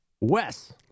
Wes